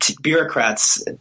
bureaucrats